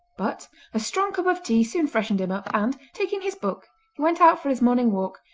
but a strong cup of tea soon freshened him up and, taking his book, he went out for his morning walk,